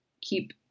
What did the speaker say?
keep